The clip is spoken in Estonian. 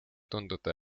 tunduda